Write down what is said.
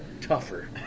tougher